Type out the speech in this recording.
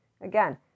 Again